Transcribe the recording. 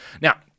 Now